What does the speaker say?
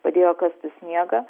padėjo kasti sniegą